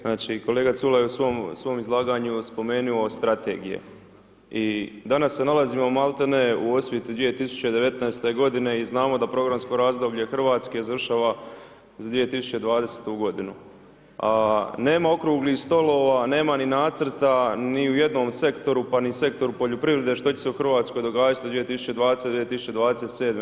Znači kolega Culej je u svom izlaganju spomenuo strategije i danas se nalazimo maltene u … 2019. g. i znamo da programsko razdoblje Hrvatske završava 2020. g. Nema okruglih stolova, nema ni nacrta ni u jednom sektoru pa ni sektoru poljoprivrede što će se u Hrvatskoj događati od 2020.-2027.